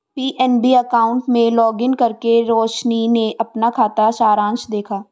PNB account में login करके रोशनी ने अपना खाता सारांश देखा